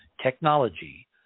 technology